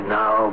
now